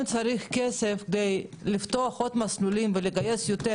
אם צריך כסף כדי לפתוח עוד מסלולים ולגייס יותר,